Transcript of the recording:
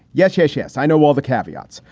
yes, yes, yes. i know all the caveats.